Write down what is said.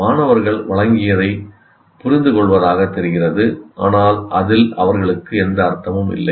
மாணவர்கள் வழங்கியதைப் புரிந்துகொள்வதாகத் தெரிகிறது ஆனால் அதில் அவர்களுக்கு எந்த அர்த்தமும் இல்லை